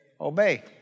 Obey